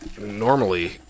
normally